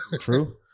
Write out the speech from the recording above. True